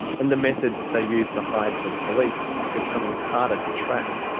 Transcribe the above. and the methods they use to hide from police are becoming harder to track.